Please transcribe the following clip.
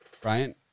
Brian